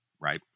right